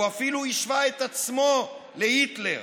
הוא אפילו השווה את עצמו להיטלר.